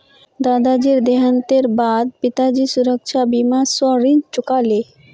दादाजीर देहांतेर बा द पिताजी सुरक्षा बीमा स ऋण चुका ले